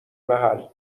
محل